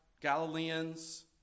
Galileans